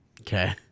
Okay